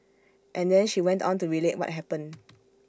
and then she went on to relate what happened